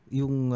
yung